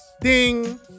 Ding